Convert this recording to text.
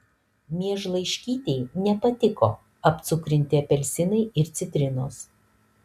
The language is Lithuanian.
miežlaiškytei nepatiko apcukrinti apelsinai ir citrinos